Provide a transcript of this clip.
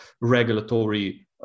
regulatory